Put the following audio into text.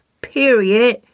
period